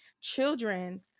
children